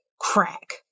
crack